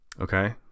Okay